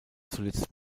zuletzt